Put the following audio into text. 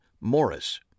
Morris